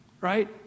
Right